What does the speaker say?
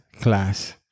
class